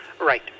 Right